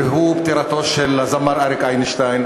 והוא פטירתו של הזמר אריק איינשטיין.